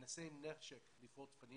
מנסה עם נשק לפרוץ פנימה.